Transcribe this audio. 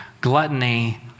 gluttony